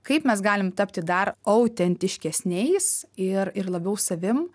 kaip mes galim tapti dar autentiškesniais ir ir labiau savim